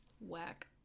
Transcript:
Whack